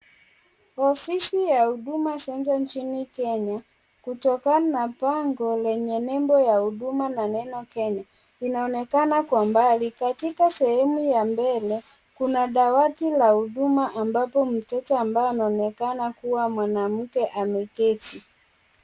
Ofisi ya Huduma Centre nchini Kenya, kutokana na bango lenye nembo ya Huduma na neno Kenya. Inaonekana kwa umbali. Katika sehemu ya mbele, kuna dawati la huduma ambapo mteja ambaye anaoneka kuwa mwanamke ameketi.